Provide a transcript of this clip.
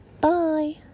Bye